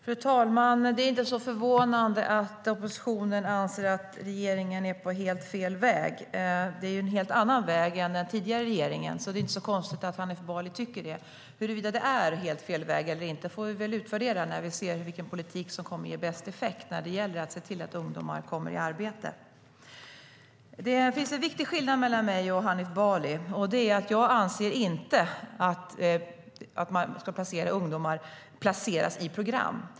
Fru talman! Det är inte så förvånande att oppositionen anser att regeringen är inne på helt fel väg. Det är ju en helt annan väg än den tidigare regeringen valde. Så det är inte så konstigt att Hanif Bali tycker det. Huruvida det är helt fel väg eller inte får vi väl utvärdera när vi ser vilken politik som ger bäst effekt när det gäller att se till att ungdomar kommer i arbete. Det finns en viktig skillnad mellan mig och Hanif Bali. Det är att jag inte anser att ungdomar ska placeras i program.